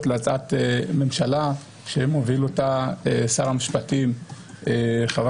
להצעת ממשלה שמוביל אותה שר המשפטים חבר